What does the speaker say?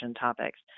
topics